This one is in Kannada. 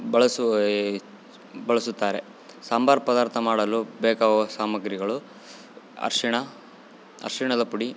ಬಳಸುವೆಯ್ ಬಳಸುತ್ತಾರೆ ಸಾಂಬಾರ್ ಪದಾರ್ಥ ಮಾಡಲು ಬೇಕಾಗುವ ಸಾಮಗ್ರಿಗಳು ಅರಿಶಿಣ ಅರಿಶಿಣದ ಪುಡಿ